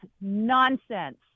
nonsense